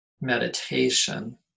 meditation